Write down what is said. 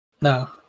No